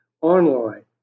online